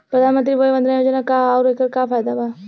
प्रधानमंत्री वय वन्दना योजना का ह आउर एकर का फायदा बा?